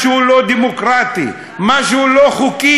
משהו לא דמוקרטי, משהו לא חוקי.